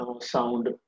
sound